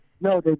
No